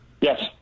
Yes